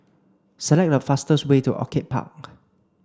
select the fastest way to Orchid Park